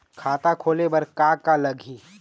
खाता खोले बर का का लगही?